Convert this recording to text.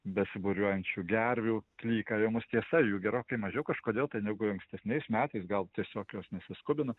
besibūriuojančių gervių klykavimus tiesa jų gerokai mažiau kažkodėl tai negu ankstesniais metais gal tiesiog jos nesiskubina